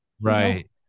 Right